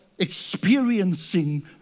Experiencing